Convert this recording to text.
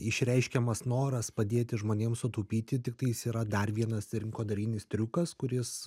išreiškiamas noras padėti žmonėms sutaupyti tiktai jis yra dar vienas rinkodarinis triukas kuris